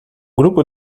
grupo